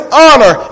honor